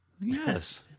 Yes